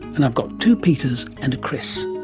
and i've got two peters and a chris.